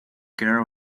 care